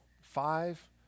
five